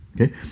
okay